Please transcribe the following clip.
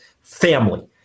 family